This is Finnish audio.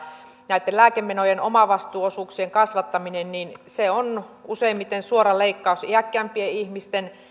näitten lääkemenojen omavastuuosuuksien kasvattaminen on useimmiten suora leikkaus iäkkäämpien ihmisten